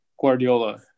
Guardiola